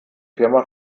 firma